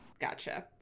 gotcha